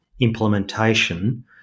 implementation